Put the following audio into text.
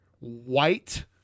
white